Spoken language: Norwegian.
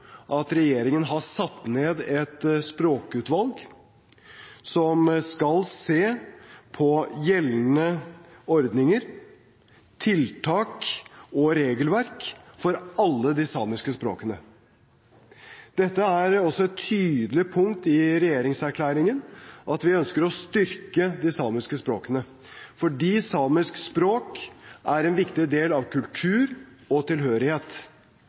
at regjeringen har satt ned et språkutvalg som skal se på gjeldende ordninger, tiltak og regelverk for alle de samiske språkene. Dette er også et tydelig punkt i regjeringserklæringen, at vi ønsker å styrke de samiske språkene, fordi samisk språk er en viktig del av kultur og tilhørighet.